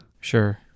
Sure